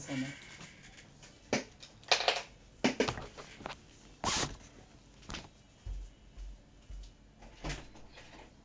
hold on ah